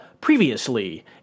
previously